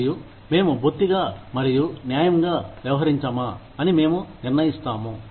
మరియు మేము బొత్తిగా మరియు న్యాయంగా వ్యవహరించామా అని మేము నిర్ణఇస్తాము